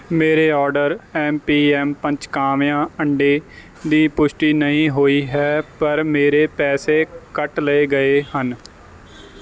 ਮੇਰੇ order M P M Panchakavya ਅੰਡੇ ਦੀ ਪੁਸ਼ਟੀ ਨਹੀਂ ਹੋਈ ਹੈ ਪਰ ਮੇਰੇ ਪੈਸੇ ਕੱਟ ਲਏ ਗਏ ਹਨ